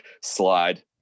slide